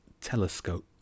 telescope